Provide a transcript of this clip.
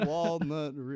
Walnut